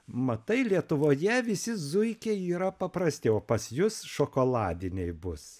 matai lietuvoje visi zuikiai yra paprasti o pas jus šokoladiniai bus